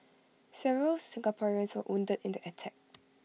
several Singaporeans were wounded in the attack